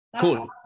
Cool